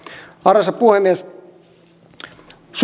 arvoisa puhemies